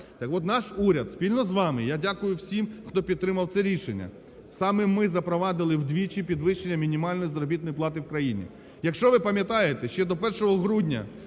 Так от наш уряд спільно з вами, я дякую всім, хто підтримав це рішення, саме ми запровадили вдвічі підвищення мінімальної заробітної плати в країні. Якщо ви пам'ятаєте, ще до 1 грудня